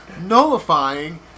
nullifying